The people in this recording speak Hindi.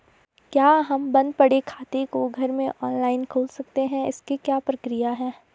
क्या हम बन्द पड़े खाते को घर में ऑनलाइन खोल सकते हैं इसकी क्या प्रक्रिया है?